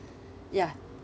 ya